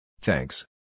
Thanks